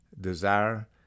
desire